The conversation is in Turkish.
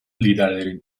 liderlerin